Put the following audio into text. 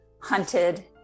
hunted